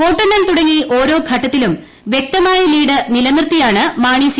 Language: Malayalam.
വോട്ടെണ്ണൽ തുടങ്ങി ഓരോ ഘട്ടത്തിലും വൃക്തമായ ലീഡ് നിലനിർത്തിയാണ് മാണി സി